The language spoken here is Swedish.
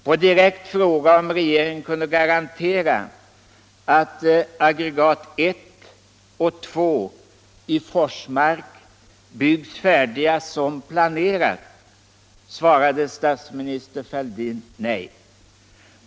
På direkt fråga om regeringen kunde garantera att aggregaten 1 och 2 i Forsmark byggs | färdiga som planerat svarade statsminister Fälldin nej.